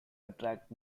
attract